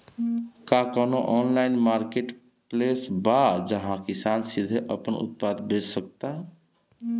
का कोनो online marketplace बा जहां किसान सीधे अपन उत्पाद बेच सकता?